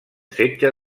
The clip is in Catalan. setge